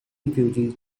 refugee